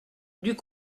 dut